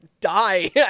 die